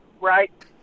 right